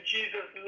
Jesus